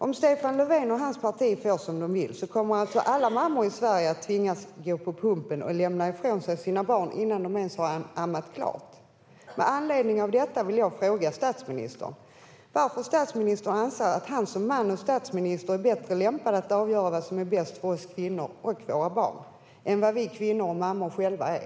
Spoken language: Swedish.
Om Stefan Löfven och hans parti får som de vill kommer alltså alla mammor i Sverige att tvingas gå på pumpen och lämna ifrån sig sina barn innan de ens har ammat klart. Med anledning av detta vill jag fråga statsministern varför han anser att han som man och statsminister är bättre lämpad att avgöra vad som är bäst för oss kvinnor och våra barn än vad vi kvinnor och mammor själva är.